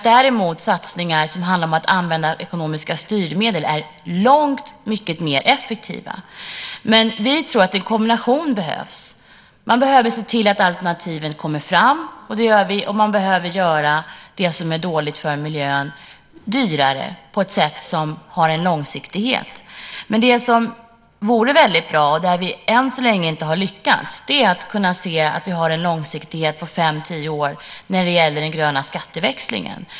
Däremot är satsningar som handlar om att använda ekonomiska styrmedel mycket mer effektiva. Vi tror att det behövs en kombination. Man behöver se till att alternativen kommer fram, och det gör vi. Man behöver göra det som är dåligt för miljön dyrare, på ett sätt som har en långsiktighet. Det som vore väldigt bra, där vi än så länge inte har lyckats, var att vi kunde se att vi har en långsiktighet på fem-tio år när det gäller den gröna skatteväxlingen.